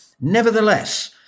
Nevertheless